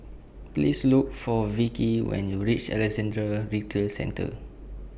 Please Look For Vikki when YOU REACH Alexandra Retail Centre